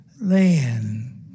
land